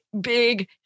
big